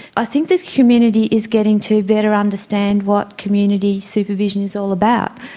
i think the community is getting to better understand what community supervision is all about.